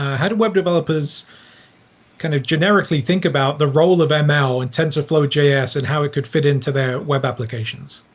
how to web developers kind of generically think about the role of ml in tensorflow js and how it could fit into their web applications?